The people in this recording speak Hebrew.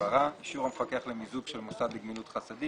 אגרה שנתית למוד לגמילות חסדים.